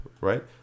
right